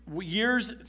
years